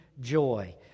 joy